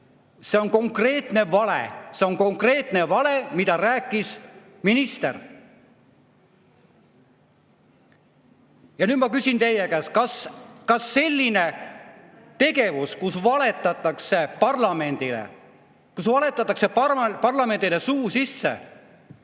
See on konkreetne vale, mida rääkis minister. Ja nüüd ma küsin teie käest: kas selline tegevus, kui valetatakse parlamendile, kui